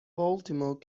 baltimore